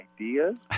ideas